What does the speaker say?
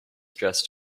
dressed